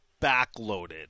backloaded